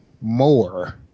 more